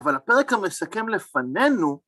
אבל הפרק המסכם לפנינו...